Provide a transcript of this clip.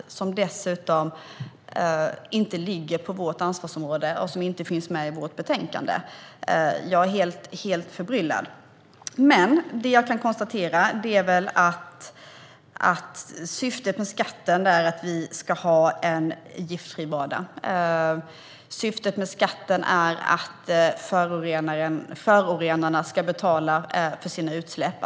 Den ligger dess-utom inte på vårt ansvarsområde och finns inte med i vårt betänkande. Jag är helt förbryllad. Det jag kan konstatera är att syftet med skatten är att vi ska ha en giftfri vardag och att förorenarna ska betala för sina utsläpp.